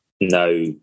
no